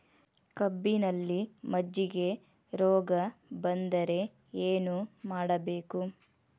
ಕಬ್ಬಿನಲ್ಲಿ ಮಜ್ಜಿಗೆ ರೋಗ ಬಂದರೆ ಏನು ಮಾಡಬೇಕು?